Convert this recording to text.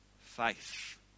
faith